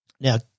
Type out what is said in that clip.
Now